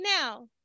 now